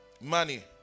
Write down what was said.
money